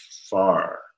far